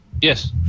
Yes